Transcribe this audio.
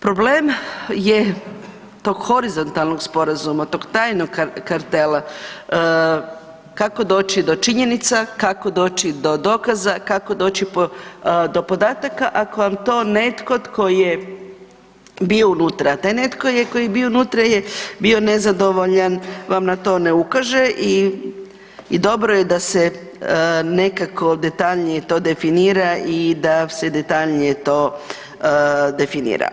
Problem je tog horizontalnog sporazuma, toj tajnog kartela kako doći do činjenica, kako doći do dokaza, kako doći do podataka ako vam to netko tko je bio unutra, a taj netko tko je bio unutra je bio nezadovoljan vam na to ne ukaže i dobro je da se nekako detaljnije to definira i da se detaljnije to definira.